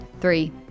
Three